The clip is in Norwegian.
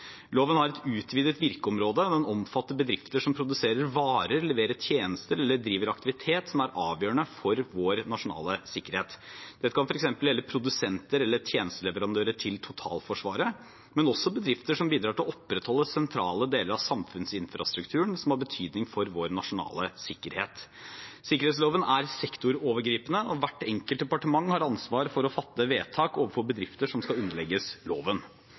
Loven har et utvidet virkeområde. Den omfatter bedrifter som produserer varer, leverer tjenester eller driver aktivitet som er avgjørende for vår nasjonale sikkerhet. Dette kan f.eks. gjelde produsenter eller tjenesteleverandører til totalforsvaret, men også bedrifter som bidrar til å opprettholde sentrale deler av samfunnsinfrastrukturen som har betydning for vår nasjonale sikkerhet. Sikkerhetsloven er sektorovergripende, og hvert enkelt departement har ansvar for å fatte vedtak overfor bedrifter som skal underlegges loven.